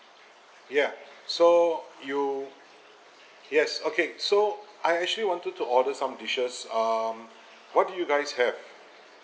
ya so you yes okay so I actually wanted to order some dishes um what do you guys have